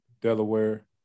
Delaware